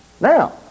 Now